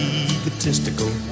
egotistical